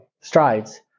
strides